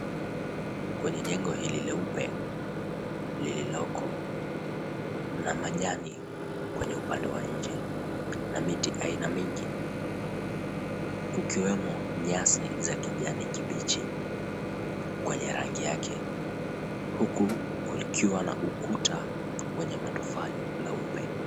Kwenye jengo hili jeupe lililoko mna majani kwenye upande wa nje na miti aina mingi, kukiwemo nyasi za kijani kibichi kwenye rangi yake, huku kukiwa na ukuta wenye matofali meupe.